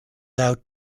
out